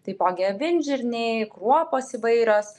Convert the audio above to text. taipogi avinžirniai kruopos įvairios